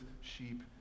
sheep